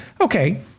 okay